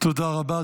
תודה רבה.